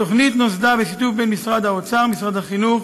התוכנית נוסדה בשיתוף בין משרד האוצר, משרד החינוך